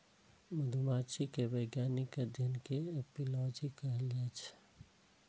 मधुमाछी के वैज्ञानिक अध्ययन कें एपिओलॉजी कहल जाइ छै